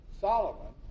Solomon